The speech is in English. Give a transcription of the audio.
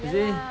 you see